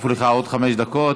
שהוסיפו לך עוד חמש דקות.